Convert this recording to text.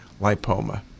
lipoma